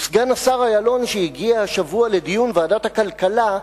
וסגן השר אילון שהגיע השבוע לדיון בוועדת הכלכלה,